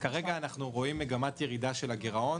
כרגע אנחנו רואים מגמת ירידה של הגירעון.